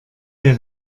der